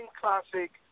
classic